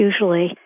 Usually